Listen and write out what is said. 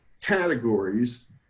categories